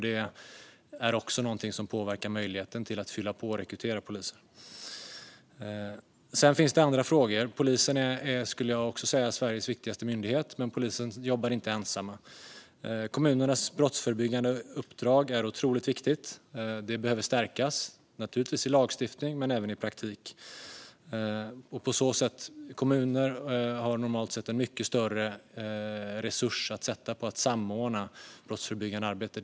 Det är också något som påverkar möjligheten att fylla på och rekrytera poliser. Det finns också andra frågor. Polisen skulle jag säga är Sveriges viktigaste myndighet, men polisen jobbar inte ensam. Kommunernas brottsförebyggande uppdrag är otroligt viktigt. Det behöver stärkas, naturligtvis i lagstiftning men även i praktik. Kommuner har normalt sett en mycket större resurs att sätta på att samordna brottsförebyggande arbete.